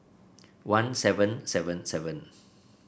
one seven seven seven